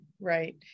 Right